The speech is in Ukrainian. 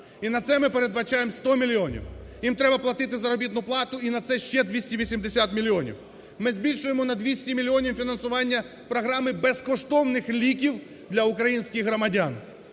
І на це ми передбачаємо 100 мільйонів, їм треба платити заробітну плату і на це ще 280 мільйонів. Ми збільшуємо на 200 мільйонів фінансування програми безкоштовних ліків для українських громадян.